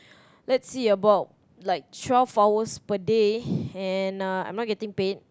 let's see about like twelve hours per day and uh I'm not getting paid